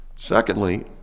Secondly